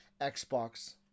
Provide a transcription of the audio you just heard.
Xbox